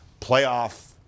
playoff